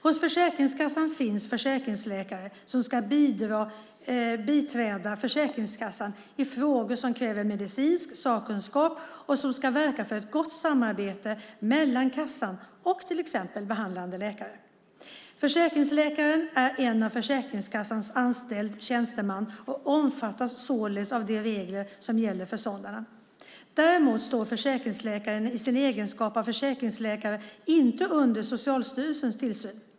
Hos Försäkringskassan finns försäkringsläkare som ska biträda Försäkringskassan i frågor som kräver medicinsk sakkunskap och som ska verka för ett gott samarbete mellan kassan och till exempel behandlande läkare. Försäkringsläkaren är en av Försäkringskassan anställd tjänsteman och omfattas således av de regler som gäller för sådana. Däremot står försäkringsläkaren i sin egenskap av försäkringsläkare inte under Socialstyrelsens tillsyn.